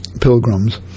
pilgrims